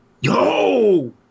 Yo